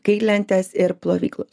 kaitlentės ir plovyklos